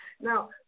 Now